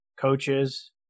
coaches